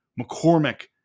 McCormick